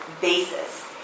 basis